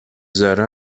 ذره